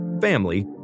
family